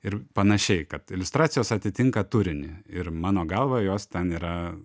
ir panašiai kad iliustracijos atitinka turinį ir mano galva jos ten yra